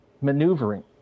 maneuvering